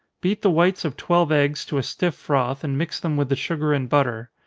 beat the whites of twelve eggs to a stiff froth, and mix them with the sugar and butter.